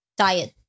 diet，